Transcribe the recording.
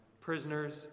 prisoners